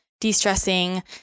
de-stressing